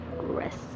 rest